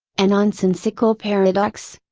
and nonsensical paradox?